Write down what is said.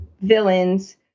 villains